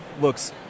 looks